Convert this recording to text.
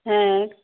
হ্যাঁ